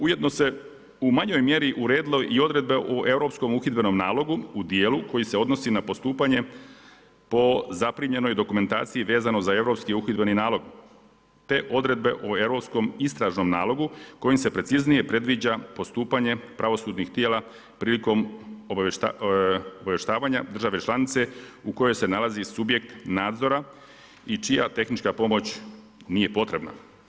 Ujedno se u manjoj mjeri uredilo i odredbe o europskom uhidbenom nalogu u dijelu koji su odnosi na postupanje po zaprimljenoj dokumentaciji vezano za europski uhidbeni nalog, te odredbe o europskom istražnom nalogu, kojim se preciznije predviđa postupanje pravosudnih tijela prilikom obavještavanja države članice, u kojoj se nalazi subjekt nadzora i čija tehnička pomoć nije potrebna.